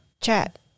chat